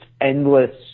endless